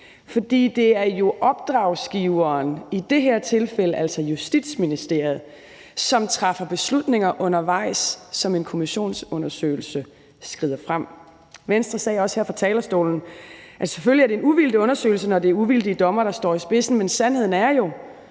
For det er jo opdragsgiveren, i det her tilfælde altså Justitsministeriet, som træffer beslutninger, efterhånden som en kommissionsundersøgelse skrider frem. Venstres ordfører sagde også her fra talerstolen, at det selvfølgelig er en uvildig undersøgelse, når det er uvildige dommere, der står i spidsen, men sandheden er jo,